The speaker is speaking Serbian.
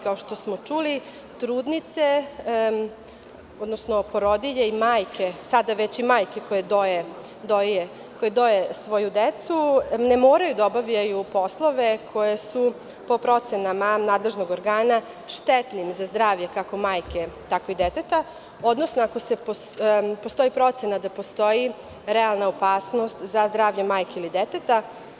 Kao što smo čuli, trudnice odnosno porodilje, sada već i majke koje doje svoju decu, ne moraju da obavljaju poslove koje su po procenama nadležnog organa štetni za zdravlje kako majke, tako i deteta, odnosno ako postoji procena da postoji realna opasnost za zdravlje majke ili deteta.